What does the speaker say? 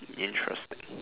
interesting